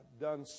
done